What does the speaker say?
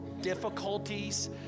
difficulties